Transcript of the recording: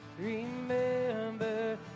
remember